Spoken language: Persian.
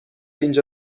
اینجا